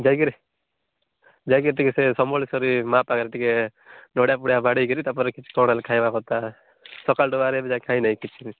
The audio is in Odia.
ଯାଇକିରି ଯାଇକିରି ଟିକେ ଟିକେ ସେ ସମଲେଶ୍ୱରୀ ମା ପାଖରେ ଟିକେ ନଡ଼ିଆ ଫଡ଼ିଆ ବାଡ଼େଇ କିରି ତା'ପରେ କିଛି କ'ଣ ହେଲେ ଖାଇବା କଥା ସକାଳୁ ଏବେ ଯାଏଁ ଖାଇନାଇଁ କିଛି